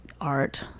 art